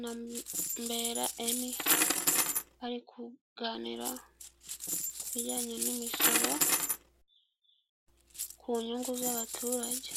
na Mbera Emmy bari kuganira ku bijyanye n'imisoro ku nyungu z'abaturage.